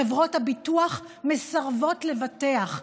חברות הביטוח מסרבות לבטח,